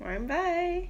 晚安 bye